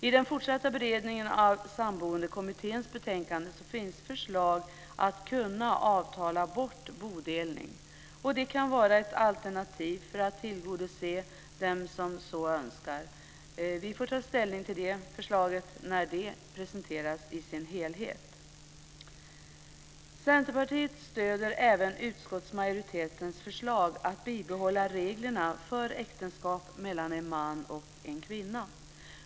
I den fortsatta beredningen av Samboendekommitténs betänkande finns förslag om att det ska bli möjligt att avtala bort bodelning. Det kan vara ett alternativ för att tillgodose dem som så önskar. Vi får ta ställning till det förslaget när det presenteras i sin helhet. Centerpartiet stöder även utskottsmajoritetens förslag om att bibehålla reglerna för äktenskap mellan en man och en kvinna.